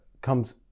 comes